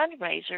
fundraiser